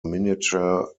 miniature